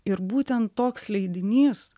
ir būtent toks leidinys